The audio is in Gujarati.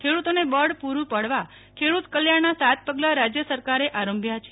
ખેડૂતોને બળ પુરું પાડવા ખેડૂત કલ્યજ્ઞના સાત પગલાં રાજય સરકારે આરંભ્યા છે